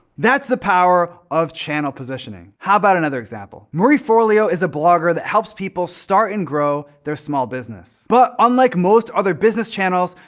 that's the power of channel positioning. how about another example? marie forleo is a blogger that helps people start and grow their small business. but unlike most other business channels,